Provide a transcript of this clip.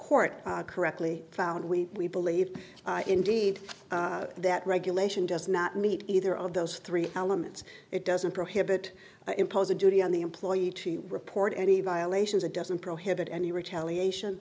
court correctly found we we believe indeed that regulation does not meet either of those three elements it doesn't prohibit impose a duty on the employee to report any violations or doesn't prohibit any retaliation